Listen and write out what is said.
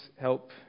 help